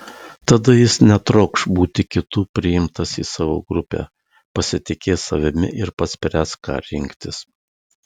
tada jis netrokš būti kitų priimtas į savo grupę pasitikės savimi ir pats spręs ką rinktis